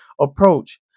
approach